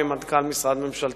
את המועד שבו הממשלה